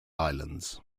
islands